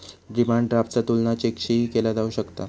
demand ड्राफ्टचा तुलना चेकशीही केला जाऊ शकता